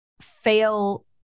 fail